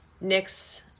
Nick's